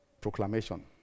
proclamation